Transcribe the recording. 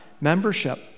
membership